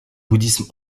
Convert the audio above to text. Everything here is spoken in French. bouddhisme